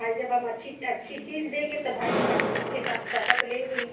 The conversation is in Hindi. भाई जब हम अच्छी अच्छी चीज़ देंगे तो भाई पैसे उसके हिसाब से पैसा तो लेंगे ही